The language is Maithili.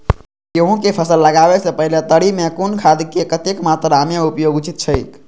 गेहूं के फसल लगाबे से पेहले तरी में कुन खादक कतेक मात्रा में उपयोग उचित छेक?